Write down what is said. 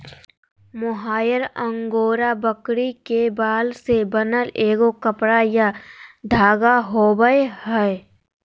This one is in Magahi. मोहायर अंगोरा बकरी के बाल से बनल एगो कपड़ा या धागा होबैय हइ